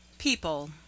People